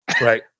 Right